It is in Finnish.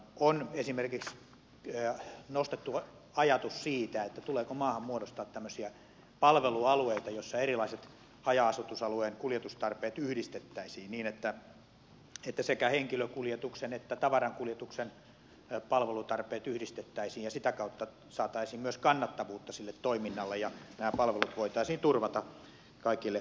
on esimerkiksi nostettu ajatus siitä tuleeko maahan muodostaa tämmöisiä palvelualueita joissa erilaiset haja asutusalueen kuljetustarpeet yhdistettäisiin niin että sekä henkilökuljetuksen että tavarankuljetuksen palvelutarpeet yhdistettäisiin ja sitä kautta saataisiin myös kannattavuutta sille toiminnalle ja nämä palvelut voitaisiin turvata kaikille kansalaisille niin kuin kuuluu